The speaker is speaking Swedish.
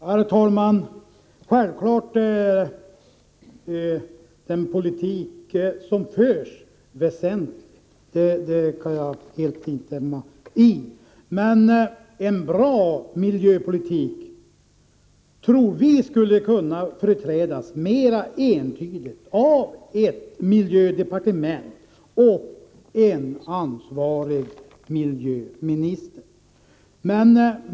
Herr talman! Självfallet är den politik som förs väsentlig. Det kan jag helt hålla med om. Men en bra miljöpolitik tror vi skulle kunna företrädas mera entydigt av ett miljödepartement och en ansvarig miljöminister.